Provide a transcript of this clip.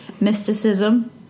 Mysticism